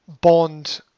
bond